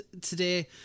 today